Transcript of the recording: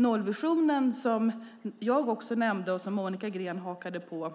Nollvisionen, som jag nämnde och som Monica Green hakade på,